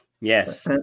yes